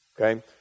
Okay